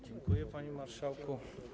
Dziękuję, panie marszałku.